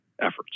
efforts